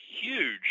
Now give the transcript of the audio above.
huge